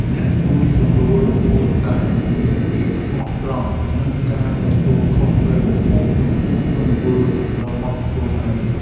អ្នកជួយសម្រួលគួរតែមានភាពស្មោះត្រង់ និងការទទួលខុសត្រូវខ្ពស់ចំពោះទង្វើរបស់ខ្លួនឯង។